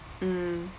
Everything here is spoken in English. mm